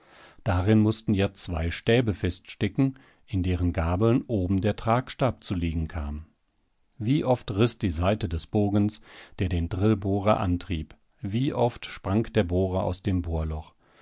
darin mußten ja zwei stäbe feststecken in deren gabeln oben der tragstab zu liegen kam wie oft riß die saite des bogens der den drillbohrer antrieb wie oft sprang der bohrer aus dem